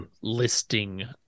listing